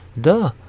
duh